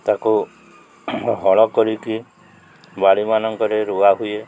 ତାକୁ ହଳ କରିକି ବାଡ଼ିମାନଙ୍କରେ ରୁଆ ହୁଏ